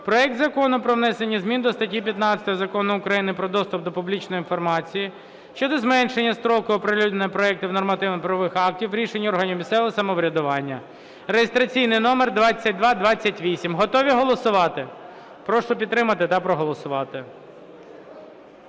проект Закону про внесення змін до статті 15 Закону України "Про доступ до публічної інформації" щодо зменшення строку оприлюднення проектів нормативно-правових актів, рішень органів місцевого самоврядування (реєстраційний номер 2228). Готові голосувати? Прошу підтримати та проголосувати.